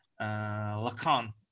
lacan